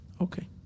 Okay